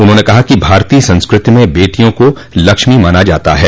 उन्होंने कहा कि भारतीय संस्कृति में बेटियों को लक्ष्मी माना जाता है